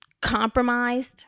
compromised